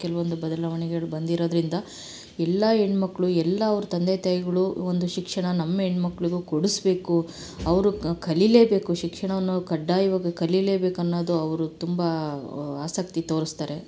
ಕೆಲ್ವೊಂದು ಬದಲಾವಣೆಗಳು ಬಂದಿರೋದರಿಂದ ಎಲ್ಲ ಹೆಣ್ಮಕ್ಳು ಎಲ್ಲ ಅವ್ರ ತಂದೆ ತಾಯಿಗಳು ಒಂದು ಶಿಕ್ಷಣ ನಮ್ಮ ಹೆಣ್ಣ್ ಮಕ್ಕಳಿಗೂ ಕೊಡಿಸ್ಬೇಕು ಅವರು ಕ ಕಲೀಲೇಬೇಕು ಶಿಕ್ಷಣವನ್ನು ಕಡ್ಡಾಯವಾಗಿ ಕಲೀಲೇಬೇಕು ಅನ್ನೋದು ಅವರು ತುಂಬ ಆಸಕ್ತಿ ತೋರಿಸ್ತಾರೆ